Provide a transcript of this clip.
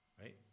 Right